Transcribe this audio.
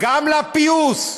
גם לפיוס: